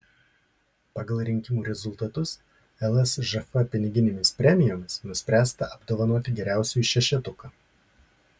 pagal rinkimų rezultatus lsžf piniginėmis premijomis nuspręsta apdovanoti geriausiųjų šešetuką